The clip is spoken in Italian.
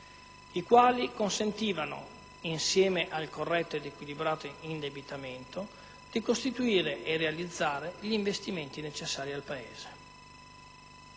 i quali consentivano, insieme al corretto ed equilibrato indebitamento, di realizzare gli investimenti necessari al Paese.